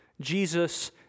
Jesus